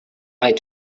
like